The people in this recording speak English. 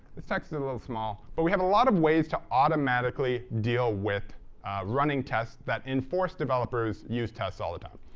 this text is a little small, but we have a lot of ways to automatically deal with running tests that enforce developers use tests all the time.